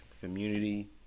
community